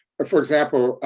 but for example,